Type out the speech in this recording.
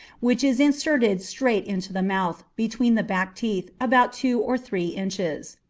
which is inserted straight into the mouth, between the back teeth, about two or three inches.